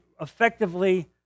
effectively